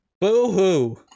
boo-hoo